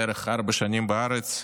בערך ארבע שנים בארץ.